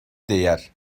değer